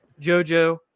jojo